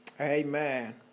Amen